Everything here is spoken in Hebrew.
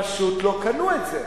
פשוט לא קנו את זה.